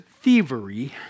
thievery